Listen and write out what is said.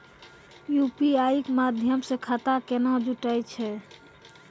UPI के माध्यम से खाता केना जुटैय छै?